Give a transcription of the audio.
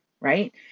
right